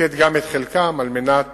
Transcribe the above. לתת גם את חלקם על מנת